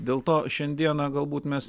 dėl to šiandieną galbūt mes